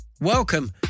Welcome